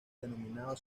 denominado